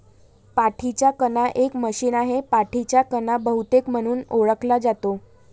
पाठीचा कणा एक मशीन आहे, पाठीचा कणा बहुतेक म्हणून ओळखला जातो